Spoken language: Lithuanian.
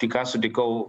tik ką sutikau